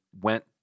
went